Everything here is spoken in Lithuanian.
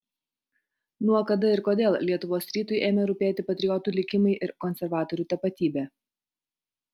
nuo kada ir kodėl lietuvos rytui ėmė rūpėti patriotų likimai ir konservatorių tapatybė